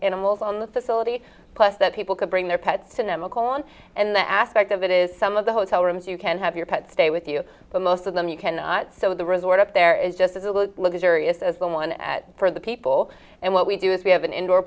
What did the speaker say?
animals on the facility plus that people could bring their pets in at mcallen and that aspect of it is some of the hotel rooms you can have your pets stay with you but most of them you cannot so the resort up there is just as it will look serious as the one at for the people and what we do is we have an indoor